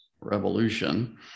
Revolution